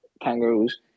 kangaroos